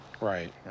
Right